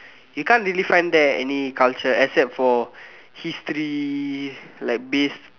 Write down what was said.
you can't really mind there any culture except like history like based